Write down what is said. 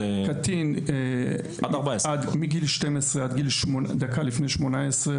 קטין מגיל 12 עד דקה לפני גיל 18,